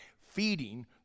feeding